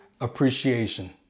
appreciation